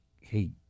hey